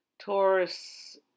Taurus